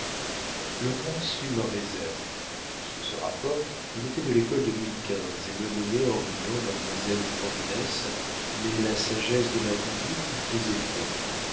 le roi sut ma réserve sous ce rapport il était de l'école de louis xv et me nommait en riant mademoiselle de vandenesse mais la sagesse de ma conduite lui plaisait fort